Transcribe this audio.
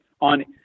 on